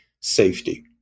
safety